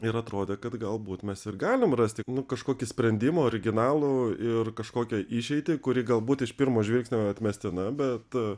ir atrodė kad galbūt mes ir galim rasti kažkokį sprendimą originalų ir kažkokią išeitį kuri galbūt iš pirmo žvilgsnio atmestina bet